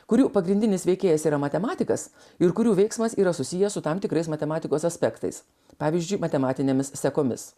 kurių pagrindinis veikėjas yra matematikas ir kurių veiksmas yra susiję su tam tikrais matematikos aspektais pavyzdžiui matematinėmis sekomis